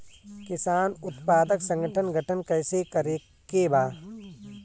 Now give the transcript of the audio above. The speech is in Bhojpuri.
किसान उत्पादक संगठन गठन कैसे करके बा?